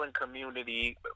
community